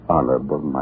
Honorable